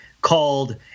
called